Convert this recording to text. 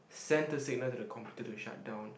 send to signal to the computer to shut down